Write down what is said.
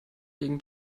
gegen